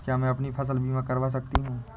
क्या मैं अपनी फसल बीमा करा सकती हूँ?